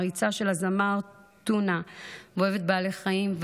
מעריצה של הזמר טונה ואוהבת בעלי חיים.